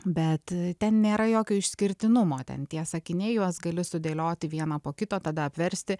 bet ten nėra jokio išskirtinumo ten tie sakiniai juos gali sudėlioti vieną po kito tada apversti